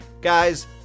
Guys